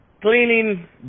cleaning